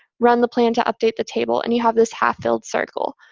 run the plan to update the table. and you have this half-filled circle.